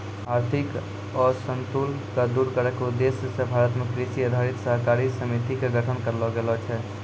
आर्थिक असंतुल क दूर करै के उद्देश्य स भारत मॅ कृषि आधारित सहकारी समिति के गठन करलो गेलो छै